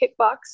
kickbox